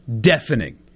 Deafening